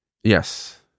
Yes